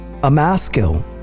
Amaskil